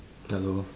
hello